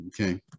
okay